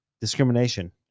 discrimination